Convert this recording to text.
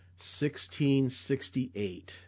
1668